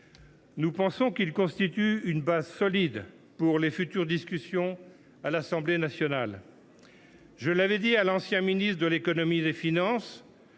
Nous pensons qu’il constitue une base solide pour les futures discussions à l’Assemblée nationale. Je l’ai dit à l’ancien ministre de l’économie, des finances